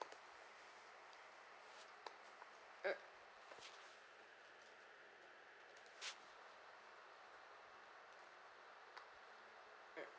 mm mm